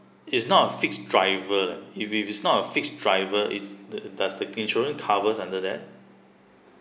it's not a fixed driver if if it's not a fixed driver it's the does the insurance covers under that